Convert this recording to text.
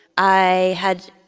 i had,